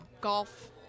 golf